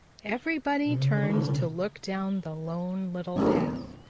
everybody turned to look down the lone little path.